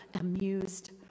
amused